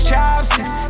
Chopsticks